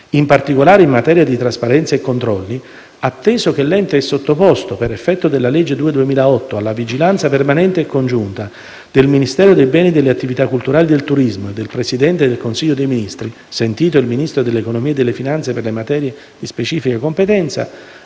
in particolare in materia di trasparenza e controlli, atteso che l'ente è sottoposto, per effetto della legge n. 2 del 2008, alla vigilanza permanente e congiunta del Ministro dei beni e delle attività culturali e del turismo e del Presidente del Consiglio dei Ministri, sentito il Ministro dell'economia e delle finanze per le materie di specifica competenza,